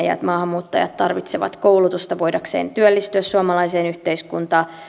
ja että maahanmuuttajat tarvitsevat koulutusta voidakseen työllistyä suomalaiseen yhteiskuntaan